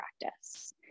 practice